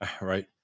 Right